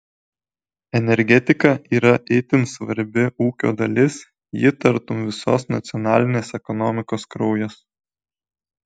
energetika yra itin svarbi ūkio dalis ji tartum visos nacionalinės ekonomikos kraujas